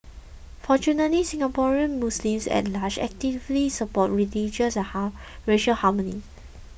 fortunately Singaporean Muslims at large actively support religious and ha racial harmony